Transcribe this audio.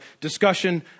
discussion